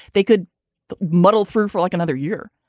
they could muddle through for like another year,